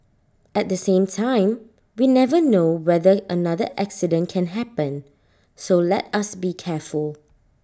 at the same time we never know whether another accident can happen so let us be careful